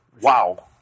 Wow